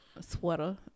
Sweater